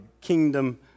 kingdom